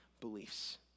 beliefs